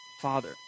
father